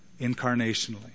incarnationally